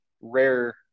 rare